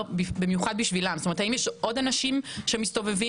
במיוחד בשבילם האם יש עוד אנשים שמסתובבים